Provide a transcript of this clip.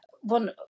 one